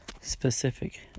Specific